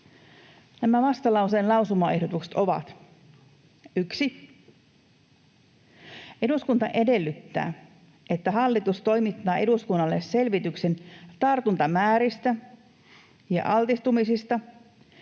Nämä vastalauseen lausumaehdotukset ovat: ”1. Eduskunta edellyttää, että hallitus toimittaa eduskunnalle selvityksen tartuntamääristä ja altistumisista